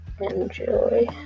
enjoy